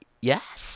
Yes